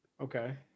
Okay